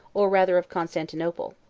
or rather of constantinople.